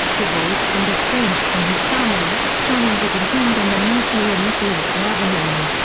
divorced and estranged from his family, johnny was entombed in the mausoleum mathieu in avignon.